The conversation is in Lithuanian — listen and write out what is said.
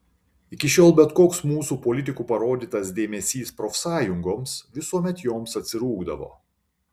iki šiol bet koks mūsų politikų parodytas dėmesys profsąjungoms visuomet joms atsirūgdavo